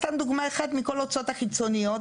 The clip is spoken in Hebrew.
סתם דוגמה, אחת מכל הוצאות החיצוניות.